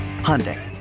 Hyundai